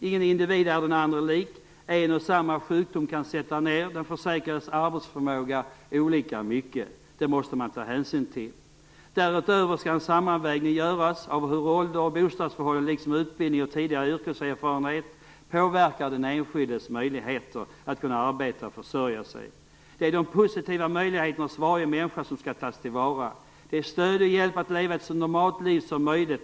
Ingen individ är den andra lik. En och samma sjukdom kan sätta ned den försäkrades arbetsförmåga i olika omfattning, vilket man måste ta hänsyn till. Därutöver skall en sammanvägning göras av hur ålder och bostadsförhållanden, liksom utbildning och tidigare yrkeserfarenhet, påverkar den enskildes möjligheter att arbeta och försörja sig. Det är de positiva möjligheterna hos varje människa som skall tas till vara. Det handlar om stöd och hjälp för att kunna leva ett så normalt liv som möjligt.